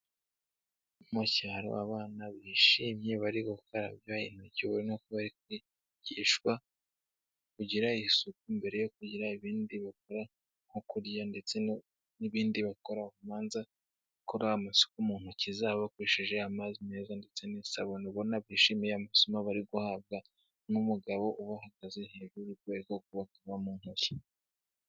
Mu cyaro abana bishimye bari gukaraba intoki, ubona ko bari kwigishwa kugira isuku mbere yo kugira ibindi bakora nko kurya, ndetse n'ibindi bakora babanza gukora amasuku mu ntoki zabo bakoresheje amazi meza ndetse n'isabune, ubona bishimiye amasomo bari guhabwa, n'umugabo ubahagaze hejuru uri kubereka uko bakaraba mu ntoki.